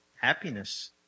happiness